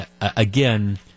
again